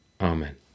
Amen